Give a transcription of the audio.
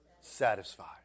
satisfied